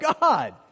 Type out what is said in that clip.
God